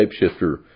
shapeshifter